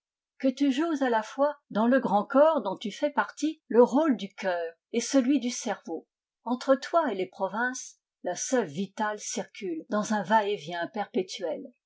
que tu joues à la fois dans le grand corps dont tu fais partie le rôle du cœur et celui du cerveau entre toi et les provinces la sève vitale circule dans un va-et-vient perpétuel